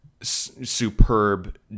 superb